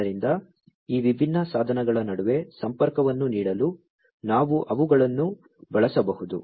ಆದ್ದರಿಂದ ಈ ವಿಭಿನ್ನ ಸಾಧನಗಳ ನಡುವೆ ಸಂಪರ್ಕವನ್ನು ನೀಡಲು ನಾವು ಅವುಗಳನ್ನು ಬಳಸಬಹುದು